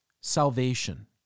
salvation